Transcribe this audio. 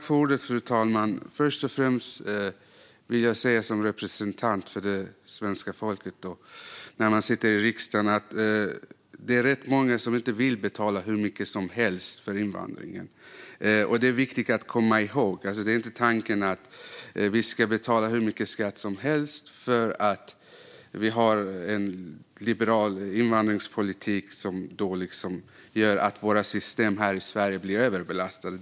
Fru talman! Som folkvald representant vet jag att det är rätt många som inte vill betala hur mycket som helst för invandringen. Det är viktigt att komma ihåg. Tanken är inte att vi ska betala hur mycket skatt som helst för en liberal invandringspolitik som gör att våra system blir överbelastade.